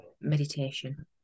Meditation